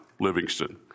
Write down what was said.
Livingston